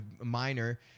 minor